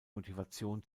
motivation